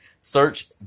Search